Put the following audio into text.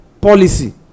policy